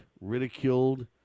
ridiculed